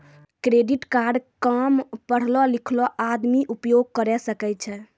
Credit card काम पढलो लिखलो आदमी उपयोग करे सकय छै?